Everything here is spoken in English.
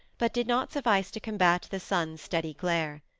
but did not suffice to combat the sun's steady glare.